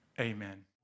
Amen